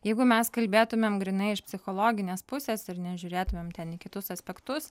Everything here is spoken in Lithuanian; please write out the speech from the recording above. jeigu mes kalbėtumėm grynai iš psichologinės pusės ir nežiūrėtumėm ten į kitus aspektus